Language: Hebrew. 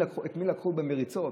לקחו במריצות.